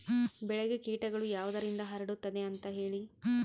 ಬೆಳೆಗೆ ಕೇಟಗಳು ಯಾವುದರಿಂದ ಹರಡುತ್ತದೆ ಅಂತಾ ಹೇಳಿ?